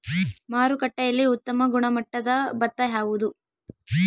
ಮಾರುಕಟ್ಟೆಯಲ್ಲಿ ಉತ್ತಮ ಗುಣಮಟ್ಟದ ಭತ್ತ ಯಾವುದು?